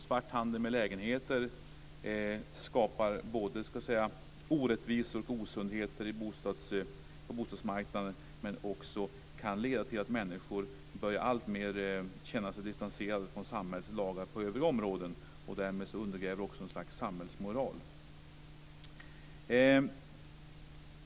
Svarthandeln med lägenheter skapar orättvisor och osundheter på bostadsmarknaden och kan också leda till att människor alltmer börjar känna sig distanserade från samhällets lagar på övriga områden. Därmed undergräver den också ett slags samhällsmoral.